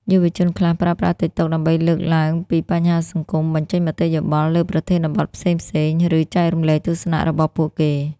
យុវជនខ្លះប្រើប្រាស់ TikTok ដើម្បីលើកឡើងពីបញ្ហាសង្គម បញ្ចេញមតិយោបល់លើប្រធានបទផ្សេងៗ ឬចែករំលែកទស្សនៈរបស់ពួកគេ។